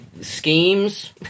schemes